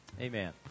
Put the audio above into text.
Amen